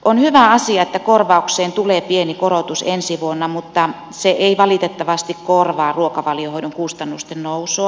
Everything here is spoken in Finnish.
on hyvä asia että korvaukseen tulee pieni korotus ensi vuonna mutta se ei valitettavasti korvaa ruokavaliohoidon kustannusten nousua